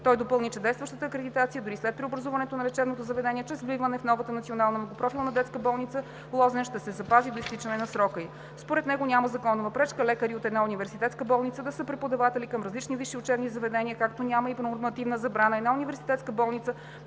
Той допълни, че действащата акредитация, дори и след преобразуването на лечебното заведение чрез вливане в новата национална многопрофилна детска болница „Лозенец“, ще се запази до изтичане на срока ѝ. Според него няма законова пречка лекари от една университетска болница да са преподаватели към различни висши учебни заведения, както няма и нормативна забрана една университетска болница